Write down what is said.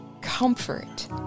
comfort